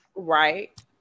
Right